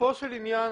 לגופו של עניין,